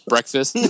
Breakfast